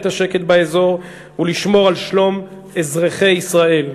השקט באזור ולשמור על שלום אזרחי ישראל.